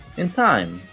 in time,